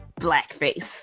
blackface